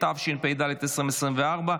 התשפ"ד 2024,